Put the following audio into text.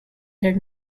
their